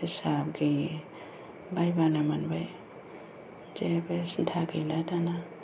हिसाब गोयै बायबानो मोनबाय जेबो सिन्ता गैलिया दाना